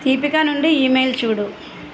దీపికా నుండి ఈమెయిల్ చూడుము